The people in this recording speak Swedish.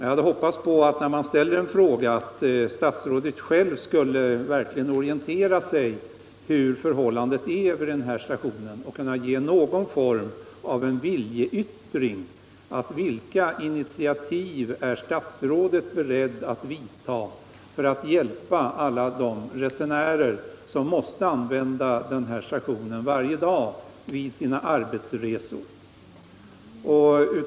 Jag hade hoppats på att statsrådet själv verkligen skulle orientera sig om förhållandena vid stationen och avge något slags viljeyttring. Vilka initiativ är statsrådet beredd att ta för att hjälpa alla de resenärer som måste använda den här stationen varje dag vid sina arbetsresor?